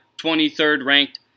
23rd-ranked